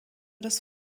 das